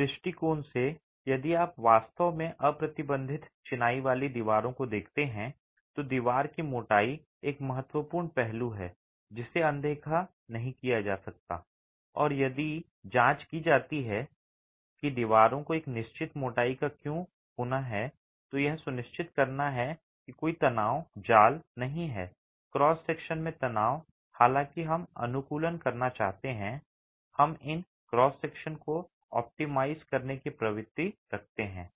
उस दृष्टिकोण से यदि आप वास्तव में अप्रतिबंधित चिनाई वाली दीवारों को देखते हैं तो दीवार की मोटाई एक महत्वपूर्ण पहलू है जिसे अनदेखा नहीं किया जा सकता है और यदि जांच की जाती है कि दीवारों को एक निश्चित मोटाई का क्यों होना है तो यह सुनिश्चित करना है कि कोई तनाव जाल नहीं है क्रॉस सेक्शन में तनाव हालाँकि हम अनुकूलन करना चाहते हैं हम इन क्रॉस सेक्शन को ऑप्टिमाइज़ करने की प्रवृत्ति रखते हैं